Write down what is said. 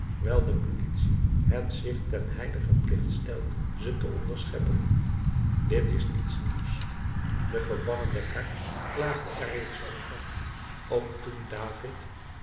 wijl de politie het zich ten heiligen plicht stelt ze te onderscheppen dit is niets nieuws de verbannen descartes klaagde er reeds over ook toen david